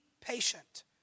patient